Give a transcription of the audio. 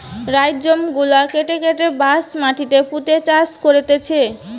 rhizome গুলা কেটে কেটে বাঁশ মাটিতে পুঁতে চাষ করতিছে